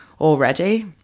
already